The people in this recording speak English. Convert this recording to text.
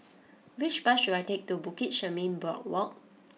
which bus should I take to Bukit Chermin Boardwalk